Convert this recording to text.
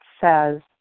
says